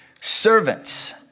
servants